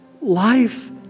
life